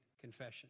confession